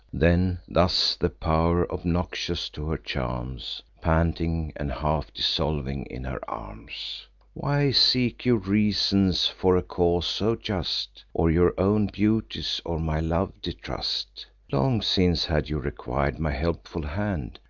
then thus the pow'r, obnoxious to her charms, panting, and half dissolving in her arms why seek you reasons for a cause so just, or your own beauties or my love distrust? long since, had you requir'd my helpful hand,